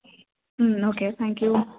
ம் okay thank you